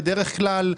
בדרך-כלל,